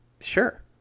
Sure